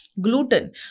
Gluten